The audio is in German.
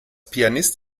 pianist